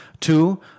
Two